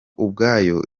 ubwayo